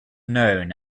known